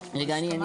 הצבעה בעד,